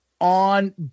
on